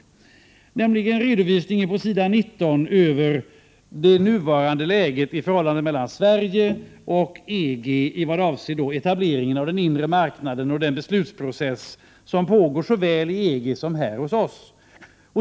Ett av dessa områden är redovisningen på s. 19 över det nuvarande läget i förhållandet mellan Sverige och EG i vad avser etableringen av den inre marknaden och den beslutsprocess som pågår såväl i EG som här hos oss.